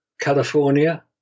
California